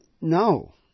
no